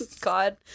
God